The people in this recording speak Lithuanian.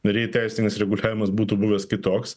ir jei teisinis reguliavimas būtų buvęs kitoks